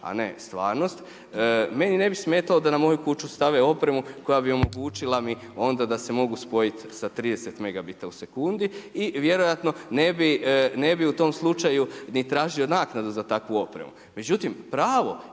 a ne stvarnost meni ne bi smetalo da na moju kuću stave opremu koja bi omogućila mi onda da se mogu spojiti sa 30 megabita u sekundi. I vjerojatno ne bi u tom slučaju ni tražio naknadu za takvu opremu. Međutim, pravo